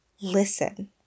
listen